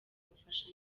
umufasha